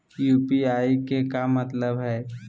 UPI के का मतलब हई?